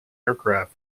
aircraft